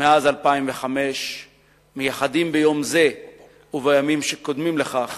מאז 2005 מייחדים ביום זה ובימים שקודמים לכך